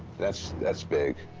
that's that's big.